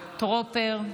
טרופר.